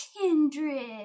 kindred